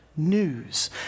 news